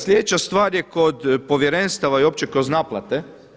Sljedeća stvar je kod povjerenstava i uopće kroz naplate.